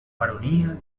baronia